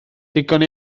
digon